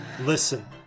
Listen